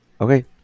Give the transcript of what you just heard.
Okay